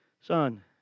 Son